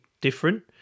different